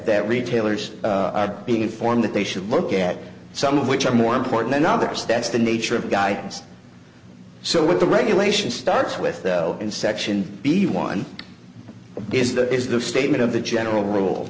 that retailers are being informed that they should look at some of which are more important than others that's the nature of guidance so what the regulations starts with in section b one is that is the statement of the general rule